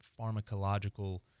pharmacological